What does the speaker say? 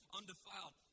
undefiled